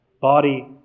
body